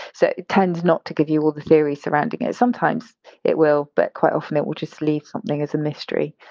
so it tends not to give you all the theory surrounding it sometimes it will, but quite often it will just leave something as a mystery,